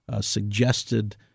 suggested